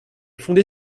fondée